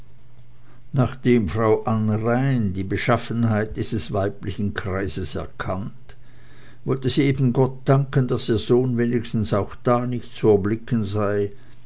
nachdem frau amrain die beschaffenheit dieses weiblichen kreises erkannt wollte sie eben gott danken daß ihr sohn wenigstens auch da nicht zu erblicken sei